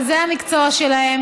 זה המקצוע שלהם,